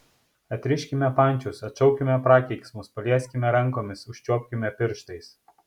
atriškime pančius atšaukime prakeiksmus palieskime rankomis užčiuopkime pirštais